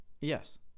Yes